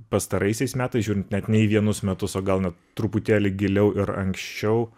pastaraisiais metais žiūrint net ne į vienus metus o gal net truputėlį giliau ir anksčiau